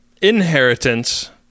inheritance